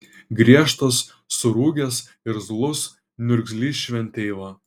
griežtas surūgęs irzlus niurgzlys šventeiva